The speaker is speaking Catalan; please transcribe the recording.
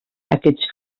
aquests